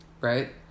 Right